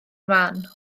man